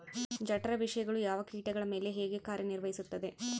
ಜಠರ ವಿಷಯಗಳು ಯಾವ ಕೇಟಗಳ ಮೇಲೆ ಹೇಗೆ ಕಾರ್ಯ ನಿರ್ವಹಿಸುತ್ತದೆ?